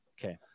okay